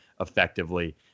effectively